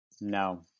No